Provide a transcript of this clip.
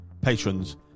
patrons